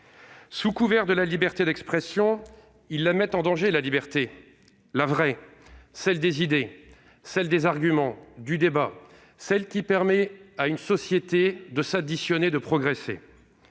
Sous couvert de la liberté d'expression, ils mettent en danger la liberté, la vraie, celle des idées, celle des arguments, du débat, celle qui permet à une société de s'additionner et de progresser.